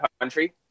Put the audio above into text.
country